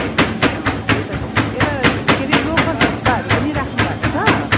ए अँ त्यही त यता के अरे लोकल थुक्पाहरू पनि राख्नुभएको छ